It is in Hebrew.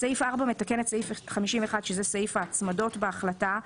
סעיף 4 מתקן את סעיף 51, שזה סעיף ההצמדות בהחלטה,